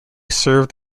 served